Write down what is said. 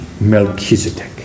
Melchizedek